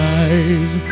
eyes